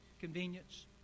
convenience